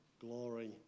glory